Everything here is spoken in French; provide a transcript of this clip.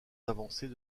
avancées